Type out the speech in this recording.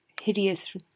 hideous